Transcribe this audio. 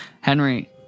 Henry